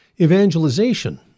evangelization